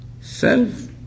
self